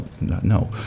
no